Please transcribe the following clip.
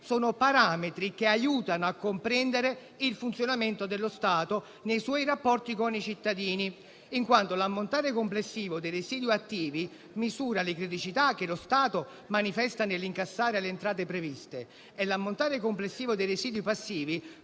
sono parametri che aiutano a comprendere il funzionamento dello Stato nei suoi rapporti con i cittadini. Infatti, l'ammontare complessivo dei residui attivi misura le criticità che lo Stato manifesta nell'incassare le entrate previste, mentre l'ammontare complessivo dei residui passivi